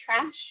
trash